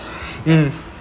hmm